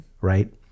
Right